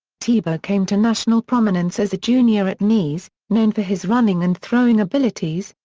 tebow came to national prominence as a junior at nease, known for his running and throwing abilities,